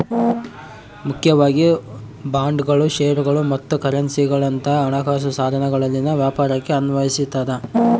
ಮುಖ್ಯವಾಗಿ ಬಾಂಡ್ಗಳು ಷೇರುಗಳು ಮತ್ತು ಕರೆನ್ಸಿಗುಳಂತ ಹಣಕಾಸು ಸಾಧನಗಳಲ್ಲಿನ ವ್ಯಾಪಾರಕ್ಕೆ ಅನ್ವಯಿಸತದ